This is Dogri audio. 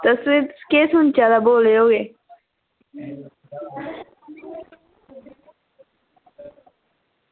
तुस केह् सुनचा दा बोले होए